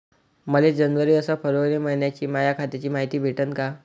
मले जनवरी अस फरवरी मइन्याची माया खात्याची मायती भेटन का?